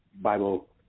Bible